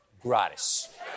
Gratis